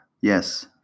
Yes